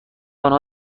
آنها